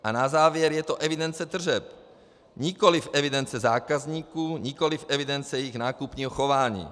A na závěr je to evidence tržeb, nikoliv evidence zákazníků, nikoliv evidence jejich nákupního chování.